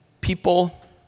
people